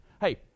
Hey